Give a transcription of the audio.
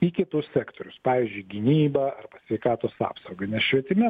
į kitus sektorius pavyzdžiui gynybą arba sveikatos apsaugą nes švietime